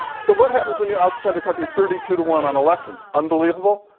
so what happens when you outspend a country thirty two to one on elections? unbelievable?